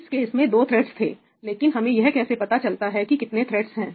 इस केस में दो थ्रेडस थे लेकिन हमें यह कैसे पता चलता है कि कितने थ्रेडस है